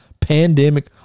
pandemic